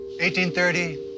1830